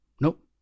Nope